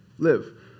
live